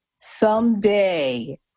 someday